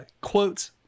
Quote